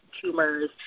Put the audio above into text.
tumors